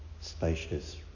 spacious